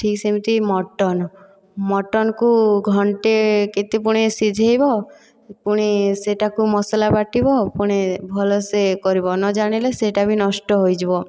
ଠିକ୍ ସେମିତି ମଟନ ମଟନକୁ ଘଣ୍ଟେ କେତେ ପୁଣି ସିଝାଇବ ପୁଣି ସେହିଟାକୁ ମସଲା ବାଟିବ ପୁଣି ଭଲସେ କରିବ ନ ଜାଣିଲେ ସେହିଟା ବି ନଷ୍ଟ ହୋଇଯିବ